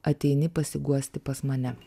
ateini pasiguosti pas mane